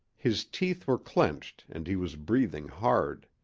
his teeth were clenched and he was breathing hard.